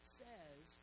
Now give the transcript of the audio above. says